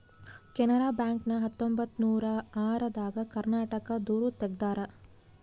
Canara bank ನ ಹತ್ತೊಂಬತ್ತನೂರ ಆರ ದಾಗ ಕರ್ನಾಟಕ ದೂರು ತೆಗ್ದಾರ